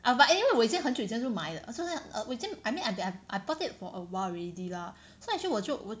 ah but anyway 我已经很久以前就买 so 那个我以前 I mean I I bought it for a while already lah so actually 我就我